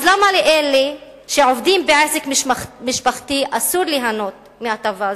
אז למה לאלה שעובדים בעסק משפחתי אסור ליהנות מהטבה זו?